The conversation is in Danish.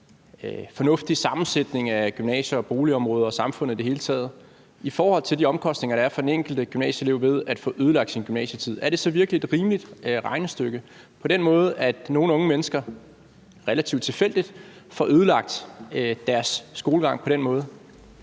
fornuftig sammensætning af gymnasier og boligområder og samfundet i det hele taget. I forhold til de omkostninger, der er for den enkelte gymnasieelev, ved at få ødelagt sin gymnasietid, er det så virkelig et rimeligt regnestykke, når nogle unge mennesker, relativt tilfældigt, får ødelagt deres skolegang på den måde?